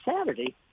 Saturday